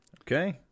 Okay